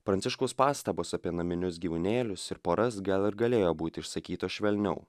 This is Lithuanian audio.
pranciškaus pastabos apie naminius gyvūnėlius ir poras gal ir galėjo būti išsakytos švelniau